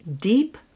Deep